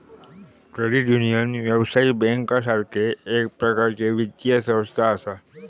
credit union, व्यावसायिक बँकेसारखा एक प्रकारचा वित्तीय संस्था असा